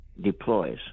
deploys